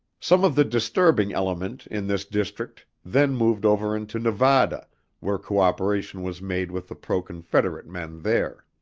some of the disturbing element in this district then moved over into nevada where cooperation was made with the pro-confederate men there.